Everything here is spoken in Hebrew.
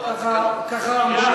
ככה הודיעו לי מהמזכירות.